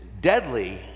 deadly